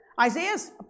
Isaiah's